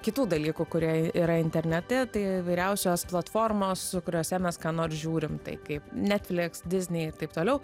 kitų dalykų kurie yra internete tai įvairiausios platformos kuriose mes ką nors žiūrim taip kaip netflix disney ir taip toliau